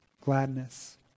gladness